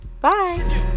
Bye